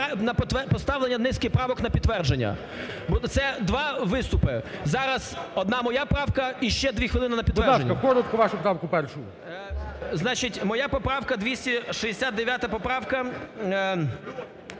на поставлення низки правок на підтвердження. Це два виступи. Зараз одна моя правка і ще дві хвилини на підтвердження. ГОЛОВУЮЧИЙ. Будь ласка, коротко вашу правку першу. ЛЕВЧЕНКО Ю.В. Значить, моя поправка, 269 поправка